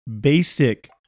basic